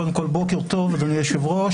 בוקר טוב אדוני היושב ראש,